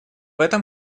этом